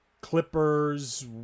Clippers